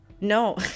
No